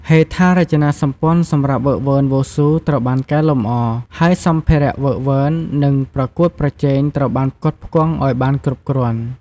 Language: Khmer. ហេដ្ឋារចនាសម្ព័ន្ធសម្រាប់ហ្វឹកហ្វឺនវ៉ូស៊ូត្រូវបានកែលម្អហើយសម្ភារៈហ្វឹកហ្វឺន និងប្រកួតប្រជែងត្រូវបានផ្គត់ផ្គង់ឲ្យបានគ្រប់គ្រាន់។